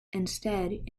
instead